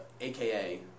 aka